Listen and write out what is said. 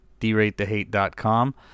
deratethehate.com